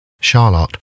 Charlotte